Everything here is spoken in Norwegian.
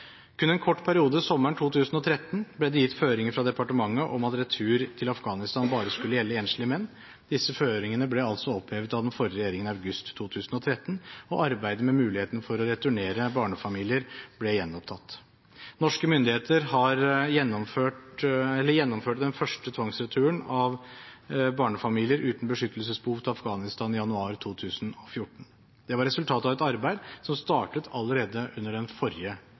Kun en kort periode sommeren 2013 ble det gitt føringer fra departementet om at retur til Afghanistan bare skulle gjelde enslige menn. Disse føringene ble altså opphevet av den forrige regjeringen i august 2013, og arbeidet med muligheten for å returnere barnefamilier ble gjenopptatt. Norske myndigheter gjennomførte den første tvangsreturen av barnefamilier uten beskyttelesebehov til Afghanistan i januar 2014. Det var resultatet av et arbeid som startet allerede under den forrige